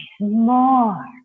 more